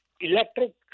electric